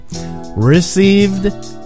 received